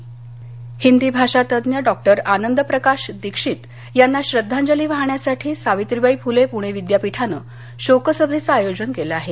दीक्षित शोकसभा हिंदी भाषा तज्ञ डॉक्टर आनंदप्रकाश दीक्षित यांना श्रद्धांजली वाहण्यासाठी सावित्रीबाई फुले पुणे विद्यापीठानं शोकसभेचं आयोजन केलं आहे